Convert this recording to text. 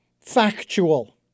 factual